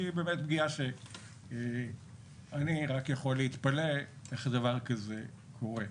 כי היא באמת פגיעה שאני רק יכול להתפלא איך דבר כזה קורה.